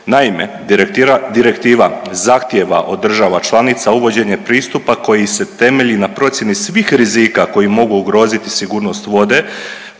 Naime, direktiva zahtijeva od država članica uvođenje pristupa koji se temelji na procjeni svih rizika koji mogu ugroziti sigurnost vode